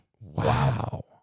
Wow